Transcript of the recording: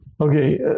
Okay